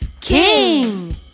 king